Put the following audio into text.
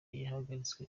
yahagaritswe